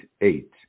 eight